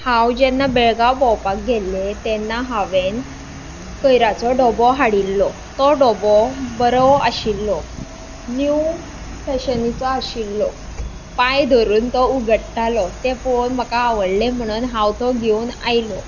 हांव जेन्ना बेळगांव भोंवपाक गेल्लें तेन्ना हांवें कयराचो डबो हाडिल्लो तो डबो बरो आशिल्लो न्यू फॅशनीचो आशिल्लो पांय धरून तो उगडटालो तें पळोवन म्हाका आवडलें म्हुणून हांव तो घेवन आयलों